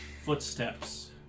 footsteps